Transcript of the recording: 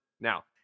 now